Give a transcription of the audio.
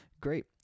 great